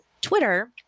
Twitter